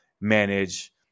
manage